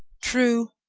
true,